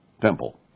temple